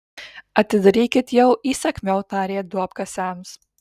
atidarykit jau įsakmiau tarė duobkasiams